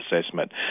assessment